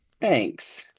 Thanks